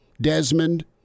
Desmond